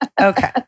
Okay